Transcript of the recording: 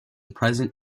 present